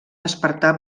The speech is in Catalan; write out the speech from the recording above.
despertar